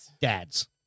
dads